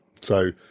So-